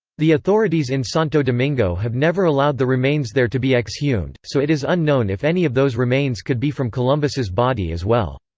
the authorities in santo domingo have never allowed the remains there to be exhumed, so it is unknown if any of those remains could be from columbus's body as well.